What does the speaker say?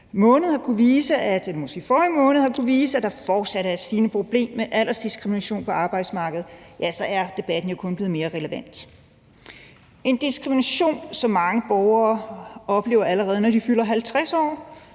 måned har kunnet vise, at der fortsat er et stigende problem med aldersdiskrimination på arbejdsmarkedet, så er debatten jo kun blevet mere relevant. Det er en diskrimination, som mange borgere oplever, allerede når de fylder 50 år;